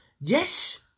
Yes